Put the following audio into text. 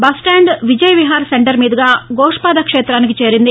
bus stand Vijayavihar centre మీదుగా గోష్పాద క్షేతానికి చేరింది